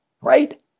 right